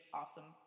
awesome